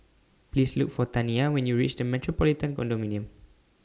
Please Look For Taniyah when YOU REACH The Metropolitan Condominium